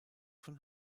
von